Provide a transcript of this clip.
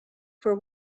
for